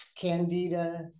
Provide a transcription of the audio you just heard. candida